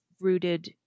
rooted